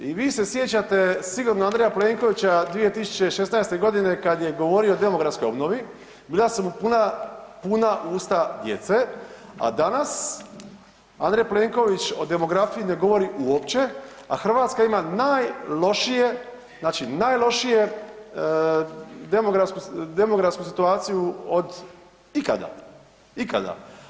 I vi se sjećate sigurno Andreja Plenkovića 2016. kad je govorio o demografskoj obnovi, bila su mu puna usta djece, a danas Andrej Plenković o demografiji ne govori uopće, a Hrvatska ima najlošije, znači najlošije demografsku situaciju od ikada, ikada.